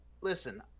listen